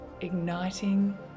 igniting